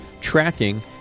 tracking